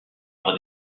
par